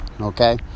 okay